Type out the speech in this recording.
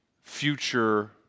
future